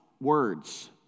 words